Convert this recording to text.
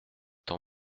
tend